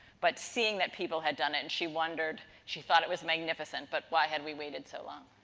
but, seeing that people had done it, she wondered, she thought it was magnificent. but, why had we waited so long?